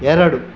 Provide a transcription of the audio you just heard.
ಎರಡು